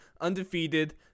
undefeated